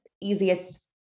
easiest